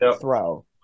throw